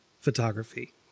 photography